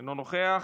אינו נוכח,